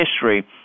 history